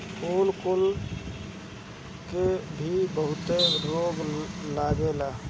फूल कुल के भी बहुते रोग लागेला